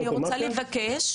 אני רוצה לבקש,